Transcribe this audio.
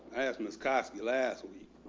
i asked ms kosky last week,